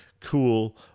cool